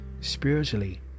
spiritually